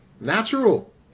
natural